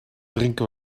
drinken